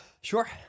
Sure